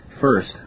First